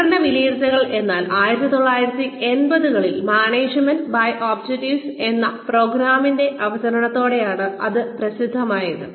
പ്രകടന വിലയിരുത്തൽ എന്നാൽ 1960 കളിൽ മാനേജ്മെന്റ് ബൈ ഒബ്ജെക്റ്റീവ്സ് എന്ന പ്രോഗ്രാമിന്റെ അവതരണത്തോടെയാണ് ഇത് പ്രസിദ്ധമായത്